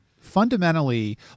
fundamentally